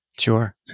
Sure